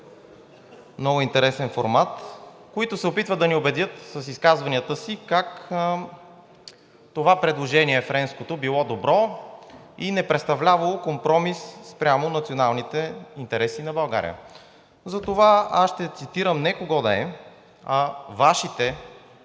много интересен формат, които се опитват да ни убедят с изказванията си как френското предложение било добро и не представлявало компромис спрямо националните интереси на България. Затова аз ще цитирам не кого да е, а Вашите